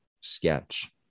sketch